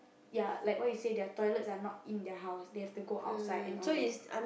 ya like what you say their toilets are not in their house they have to go outside and all that